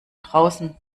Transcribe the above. draußen